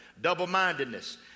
Double-mindedness